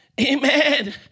Amen